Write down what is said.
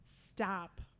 Stop